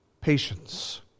patience